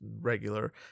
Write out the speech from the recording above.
regular